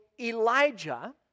Elijah